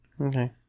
Okay